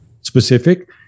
specific